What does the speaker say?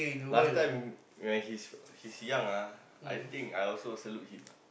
last time when he's he's young ah I think I also salute him ah